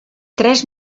tres